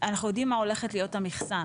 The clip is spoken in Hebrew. אנחנו יודעים מה הולכת להיות המכסה.